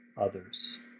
others